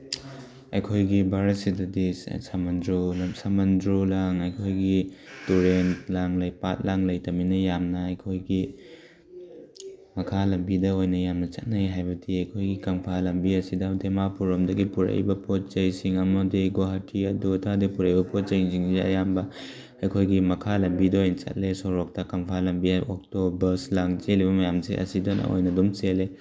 ꯑꯩꯈꯣꯏꯒꯤ ꯚꯥꯔꯠꯁꯤꯗꯗꯤ ꯁꯝꯃꯟꯗ꯭ꯔꯣ ꯂꯥꯡ ꯑꯩꯈꯣꯏꯒꯤ ꯇꯨꯔꯦꯟ ꯂꯥꯡ ꯄꯥꯠ ꯂꯥꯡ ꯂꯩꯇꯝꯅꯤꯅ ꯌꯥꯝꯅ ꯑꯩꯈꯣꯏꯒꯤ ꯃꯈꯥ ꯂꯝꯕꯤꯗ ꯑꯣꯏꯅ ꯌꯥꯝꯅ ꯆꯠꯅꯩ ꯍꯥꯏꯕꯗꯤ ꯑꯩꯈꯣꯏꯒꯤ ꯀꯪꯐꯥꯜ ꯂꯝꯕꯤ ꯑꯁꯤꯗ ꯗꯤꯃꯥꯄꯨꯔ ꯂꯣꯝꯗꯒꯤ ꯄꯨꯔꯛꯏꯕ ꯄꯣꯠ ꯆꯩꯁꯤꯡ ꯑꯃꯗꯤ ꯒꯨꯍꯥꯇꯤ ꯑꯗꯨ ꯑꯗꯥꯗꯒꯤ ꯄꯨꯔꯛꯏꯕ ꯄꯣꯠ ꯆꯩꯁꯤꯡꯁꯦ ꯑꯌꯥꯝꯕ ꯑꯩꯈꯣꯏꯒꯤ ꯃꯈꯥ ꯂꯝꯕꯤꯗ ꯑꯣꯏ ꯆꯠꯂꯦ ꯁꯣꯔꯣꯛꯇ ꯀꯪꯐꯥꯜ ꯂꯝꯕꯤ ꯑꯣꯛꯇꯣ ꯕꯁ ꯂꯥꯡ ꯆꯦꯜꯂꯤ ꯃꯌꯥꯝꯁꯦ ꯑꯁꯤꯗ ꯃꯈꯣꯏꯅ ꯑꯗꯨꯝ ꯆꯦꯜꯂꯤ